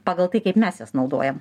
pagal tai kaip mes jas naudojam